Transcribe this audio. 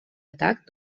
atac